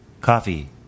Coffee